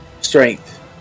Strength